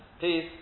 peace